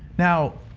now,